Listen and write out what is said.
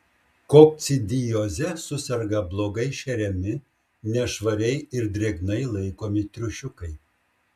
kokcidioze suserga blogai šeriami nešvariai ir drėgnai laikomi triušiukai